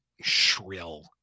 shrill